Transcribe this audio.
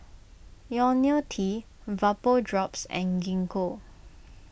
Ionil T Vapodrops and Gingko